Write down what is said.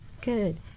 Good